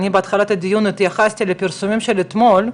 אני בתחילת הדיון התייחסתי לפרסומים של אתמול.